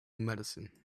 medicine